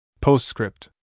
Postscript